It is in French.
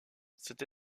cette